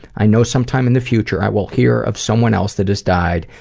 i know sometime in the future i will hear of someone else that has died,